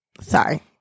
Sorry